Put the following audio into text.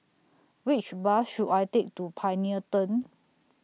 Which Bus should I Take to Pioneer Turn